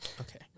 Okay